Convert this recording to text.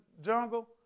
jungle